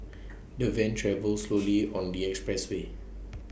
the van travelled slowly on the expressway